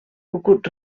cucut